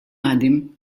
amide